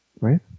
right